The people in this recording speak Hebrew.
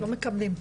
לא יאומן.